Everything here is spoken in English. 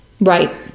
Right